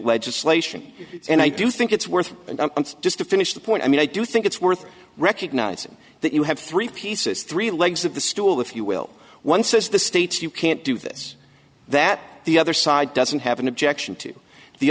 legislation and i do think it's worth and just to finish the point i mean i do think it's worth recognizing that you have three pieces three legs of the stool if you will one says the states you can't do this that the other side doesn't have an objection to the